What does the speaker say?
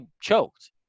choked